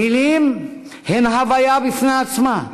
מילים הן הוויה בפני עצמה.